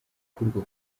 gukurwa